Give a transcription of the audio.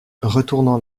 retournant